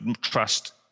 trust